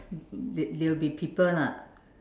they they will be people lah